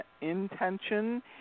intention